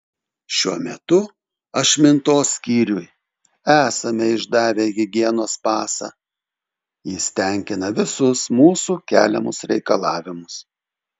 šiuo metu ašmintos skyriui esame išdavę higienos pasą jis tenkina visus mūsų keliamus reikalavimus